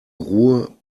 ruhe